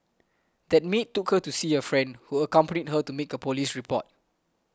that maid took her to see a friend who accompanied her to make a police report